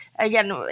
Again